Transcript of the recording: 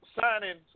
signing